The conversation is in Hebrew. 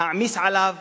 להעמיס עליו